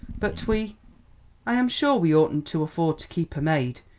but we i am sure we oughtn't to afford to keep a maid,